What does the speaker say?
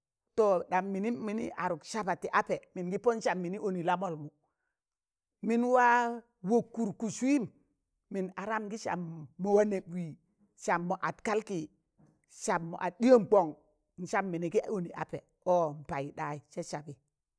To ɗam mịnịm mịn adụk saba ti ape mịngị pọn sam mịnị onị lamọlmụ, mịn waa wọkkụd kụs wịịm mịn adam gị sam mọwa nẹb wịị, sam mọ ad kalkịị, sam mọ ad ɗịyọm kọn, nsam mịnị gị ọnị apẹ, ọọ npaịɗayị sẹ sabị